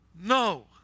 No